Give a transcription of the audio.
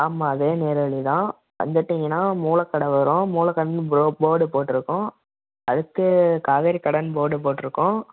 ஆமா அதே நேர் வழி தான் வந்துவிட்டீங்கன்னா மூலக்கடை வரும் மூலக்கடைன்னு ப்ரோ போர்டு போட்டுருக்கும் அடுத்து காவேரி கடைன்னு போர்டு போட்டுருக்கும்